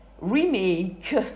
remake